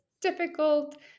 difficult